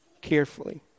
carefully